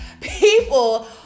People